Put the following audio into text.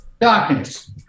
darkness